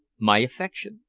my affection.